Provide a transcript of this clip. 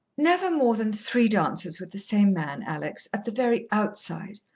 never more than three dances with the same man, alex, at the very outside.